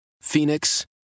Phoenix